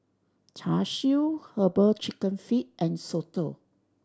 Char Siu Herbal Chicken Feet and soto